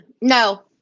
No